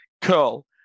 curl